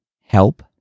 help